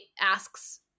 asks